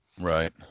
Right